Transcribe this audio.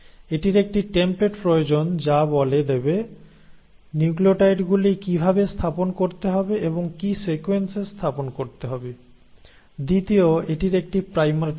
এটির একটি টেমপ্লেট প্রয়োজন যা বলে দেবে নিউক্লিওটাইডগুলি কিভাবে স্থাপন করতে হবে এবং কি সিকোয়েন্সে স্থাপন করতে হবে দ্বিতীয় এটির একটি প্রাইমার প্রয়োজন